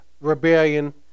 rebellion